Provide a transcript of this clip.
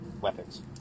weapons